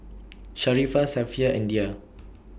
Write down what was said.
Sharifah Safiya and Dhia